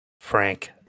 Frank